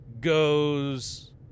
goes